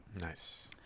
Nice